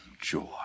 joy